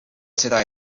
seda